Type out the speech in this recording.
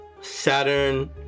Saturn